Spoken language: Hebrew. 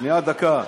שנייה, דקה.